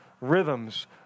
rhythms